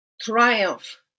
triumph